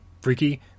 freaky